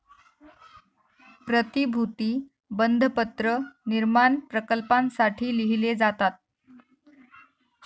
प्रतिभूती बंधपत्र निर्माण प्रकल्पांसाठी लिहिले जातात